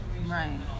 Right